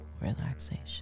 relaxation